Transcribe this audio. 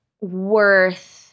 worth